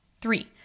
Three